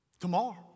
Tomorrow